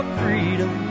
freedom